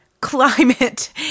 climate